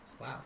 Wow